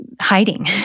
hiding